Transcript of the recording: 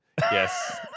yes